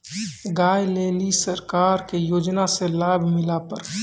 गाय ले ली सरकार के योजना से लाभ मिला पर?